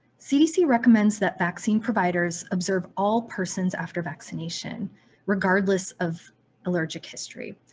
cdc recommends that vaccine providers observe all persons after vaccination regardless of allergic history.